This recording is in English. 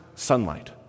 Sunlight